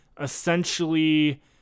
essentially